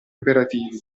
operativi